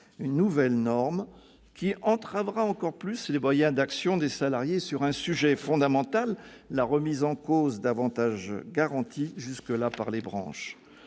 Cette nouvelle norme entravera encore plus les moyens d'action des salariés sur un sujet fondamental : la remise en cause d'avantages garantis jusqu'à présent par les branches.